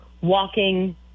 walking